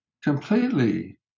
completely